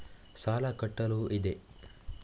ಸಾಲ ಕಟ್ಟಲು ಇದೆ